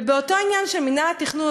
ובאותו עניין של מינהל התכנון,